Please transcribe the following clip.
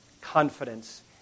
confidence